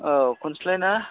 औ खनस्लाय ना